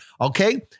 Okay